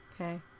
okay